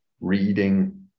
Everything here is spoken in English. reading